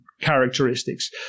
characteristics